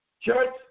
church